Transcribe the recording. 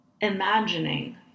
imagining